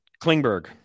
Klingberg